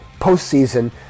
postseason